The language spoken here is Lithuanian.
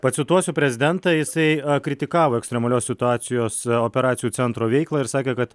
pacituosiu prezidentą jisai kritikavo ekstremalios situacijos operacijų centro veiklą ir sakė kad